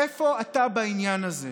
איפה אתה בעניין הזה?